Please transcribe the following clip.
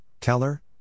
Keller